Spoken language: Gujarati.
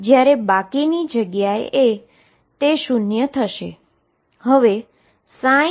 જ્યારે બાકી જગ્યા એ તે 0 થશે